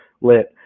lit